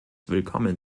willkommen